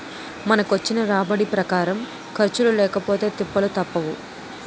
మనకొచ్చిన రాబడి ప్రకారం ఖర్చులు లేకపొతే తిప్పలు తప్పవు